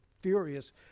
furious